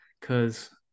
Cause